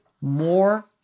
more